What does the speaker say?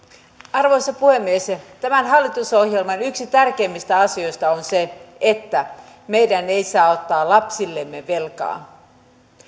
arvoisa puhemies tämän hallitusohjelman yksi tärkeimmistä asioista on se että me emme saa ottaa lapsillemme velkaa